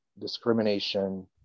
discrimination